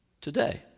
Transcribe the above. today